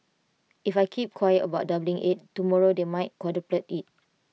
if I keep quiet about doubling IT tomorrow they might quadruple IT